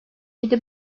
yedi